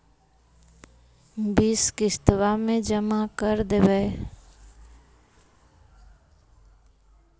बिस किस्तवा मे जमा कर देवै?